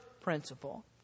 principle